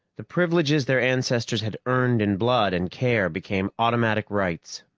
the privileges their ancestors had earned in blood and care became automatic rights.